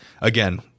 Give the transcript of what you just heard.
again